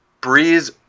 Breeze